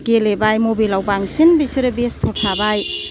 गेलेबाय मबेलाव बांसिन बिसोरो बेस्थ' थाबाय